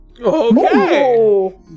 Okay